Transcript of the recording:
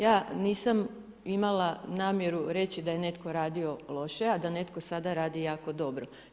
Ja nisam imala namjeru reći da je netko radio loše, a da netko sada radi jako dobro.